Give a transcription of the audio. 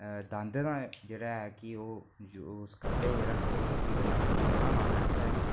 दांदें दा जेहड़ा ऐ कि ओह् यूज करदे हे रखदे हे खेती करने आस्तै फसलां लाने आस्तै